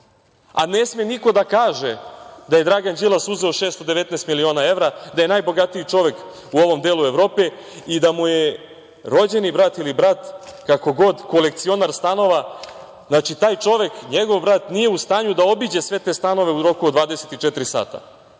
a ne sme niko da kaže da je Dragan Đilas uzeo 619 miliona evra, da je najbogatiji čovek u ovom delu Evrope i da mu je rođeni brat ili brat, kako god, kolekcionar stanova? Znači, taj čovek, njegov brat nije u stanju da obiđe sve te stanove u roku od 24 sata.